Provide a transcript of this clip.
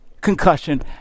concussion